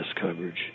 coverage